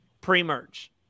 pre-merge